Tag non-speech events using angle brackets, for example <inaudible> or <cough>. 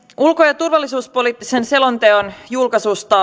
ulko ja turvallisuuspoliittisen selonteon julkaisusta <unintelligible>